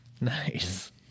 Nice